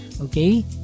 Okay